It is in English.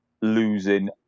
losing